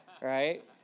right